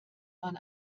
man